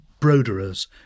broderers